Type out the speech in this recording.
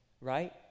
right